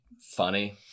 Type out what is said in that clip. funny